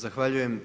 Zahvaljujem.